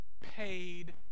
paid